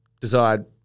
desired